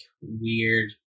weird